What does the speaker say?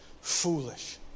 foolish